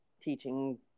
teaching